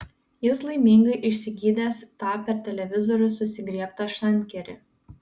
jis laimingai išsigydęs tą per televizorių susigriebtą šankerį